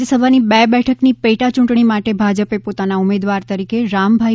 રાજ્યસભાની બે બેઠકની પેટા ચૂંટણી માટે ભાજપે પોતાના ઉમેદવાર તરીકે રામભાઇ